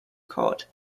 court